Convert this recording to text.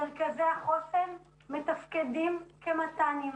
מרכזי החוסן מתפקדים כמת"נים.